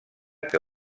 que